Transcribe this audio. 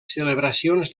celebracions